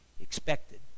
expected